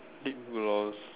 lip gloss